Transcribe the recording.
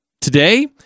today